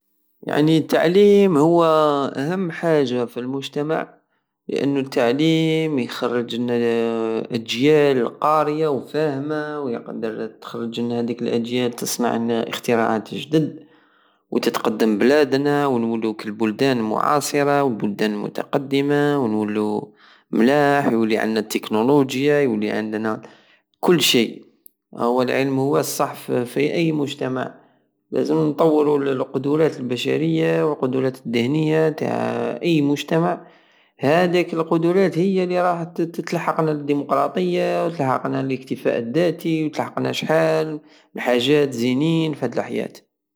يعني التعليم هو اهم حاجة في المجتمع لانو التعليم يخرج الن- للأجيال القارية و الفاهمة ويقدر تخرجلنا هاديك الاجيال تصنعلنا اختراعات جدد وتتقدم بلادنا ونولو كي البلدان المعاصرة والبلدان المتقدمة ونولو ملاح ويولي عندنا التكنولوجيا يولي عندنا كل شي اواه العلم هو الصح في اي مجتمع لازم نطور القدورات البشرية القدورات الدهنية تع اي مجتمع هاديك القدرات هي الي راح تلحق لديموقراطية وتلحق الاكتفاء الذاتي وتلحقنا شحال من حجات الزينين في هاد لحيات